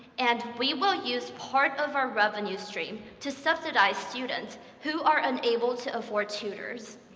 and we will use part of our revenue stream to subsidize students who are unable to afford tutors.